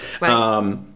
Right